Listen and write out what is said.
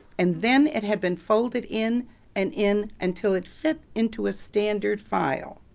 and then it had been folded in and in, until it fit into a standard file.